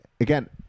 again